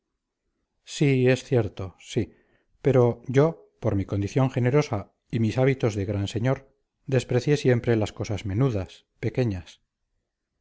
sí es cierto sí pero yo por mi condición generosa y mis hábitos de gran señor desprecié siempre las cosas menudas pequeñas